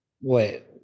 Wait